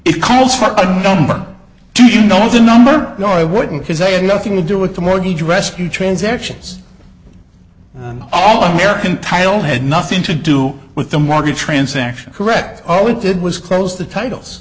it calls for a number to you know the number no i wouldn't because they had nothing to do with the mortgage rescue transactions all american tile had nothing to do with the mortgage transaction correct oh it did was close the titles